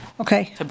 Okay